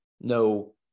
no